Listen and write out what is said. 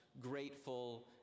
grateful